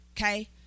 okay